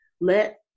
Let